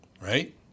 right